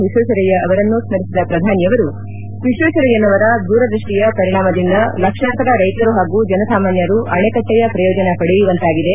ವಿಶ್ವೇಶ್ವರಯ್ಯ ಅವರನ್ನೂ ಸ್ಕರಿಸಿದ ಪ್ರಧಾನಿ ಅವರು ವಿಶ್ವೇಶ್ವರಯ್ಯನವರ ದೂರದೃಷ್ಷಿಯ ಪರಿಣಾಮದಿಂದ ಲಕ್ಷಾಂತರ ರೈತರು ಹಾಗೂ ಜನಸಾಮನ್ನರು ಅಣೆಕಟ್ಟೆಯ ಪ್ರಯೋಜನ ಪಡೆಯುವಂತಾಗಿದೆ